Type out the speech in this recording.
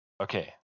Okay